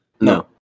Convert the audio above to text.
No